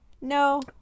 No